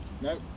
No